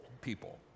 people